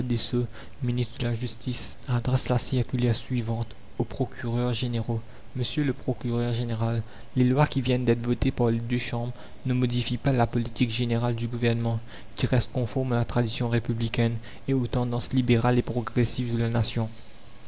ministre de la justice adresse la circulaire suivante aux procureurs généraux monsieur le procureur général les lois qui viennent d'être votées par les deux chambres ne modifient pas la politique générale du gouvernement qui reste conforme à la tradition républicaine et aux tendances libérales et progressives de la nation